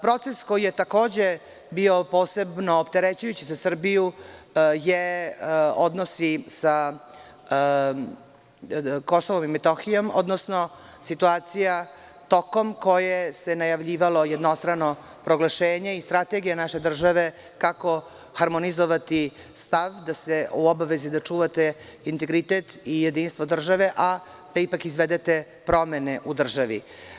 Proces koji je bio posebno opterećujući za Srbiju je odnos sa KiM, odnosno situacija tokom koje se najavljivalo jednostrano proglašenje i strategija naše države – kako harmonizovati stav u obavezi da čuvate integritet i jedinstvo države, a da ipak izvedete promene u državi.